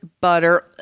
butter